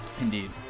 Indeed